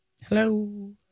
Hello